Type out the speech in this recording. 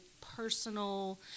personal